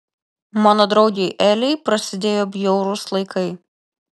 mano draugei elei prasidėjo bjaurūs laikai